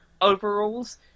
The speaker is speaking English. overalls